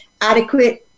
adequate